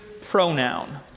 pronoun